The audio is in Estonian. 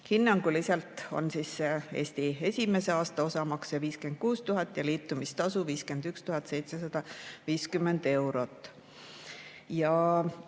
Hinnanguliselt on Eesti esimese aasta osamakse 56 000 ja liitumistasu 51 750 eurot.